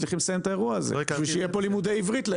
כדי שיהיו פה לימודי עברית.